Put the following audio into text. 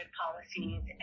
policies